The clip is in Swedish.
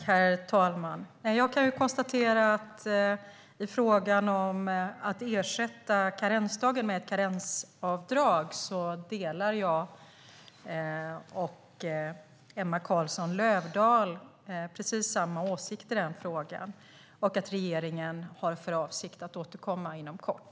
Herr talman! Jag kan konstatera att i frågan om att ersätta karensdagen med ett karensavdrag delar jag och Emma Carlsson Löfdahl åsikt. Regeringen har för avsikt att återkomma inom kort.